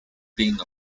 being